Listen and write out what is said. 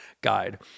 guide